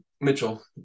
Mitchell